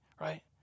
right